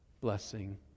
blessing